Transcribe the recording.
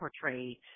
portrayed